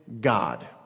God